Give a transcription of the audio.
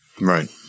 Right